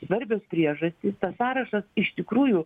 svarbios priežastys tas sąrašas iš tikrųjų